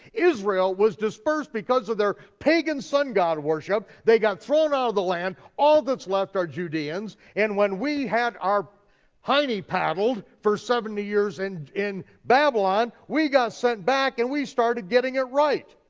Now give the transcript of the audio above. israel was dispersed because of their pagan sun-god worship, they got thrown out of the land, all that's left are judeans, and when we had our hiney paddled for seventy years and in babylon we got sent back and we started getting it right.